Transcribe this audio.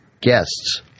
guests